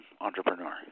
entrepreneur